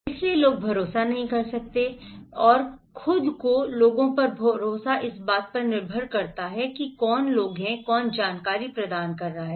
इसलिए लोग भरोसा नहीं कर सकते इसलिए खुद के लोगों पर भरोसा इस बात पर निर्भर करता है कि कौन लोग हैं कौन जानकारी प्रदान कर रहा है